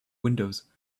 windows